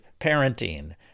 parenting